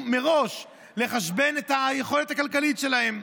מראש לחשבן את היכולת הכלכלית שלהם,